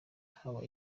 haba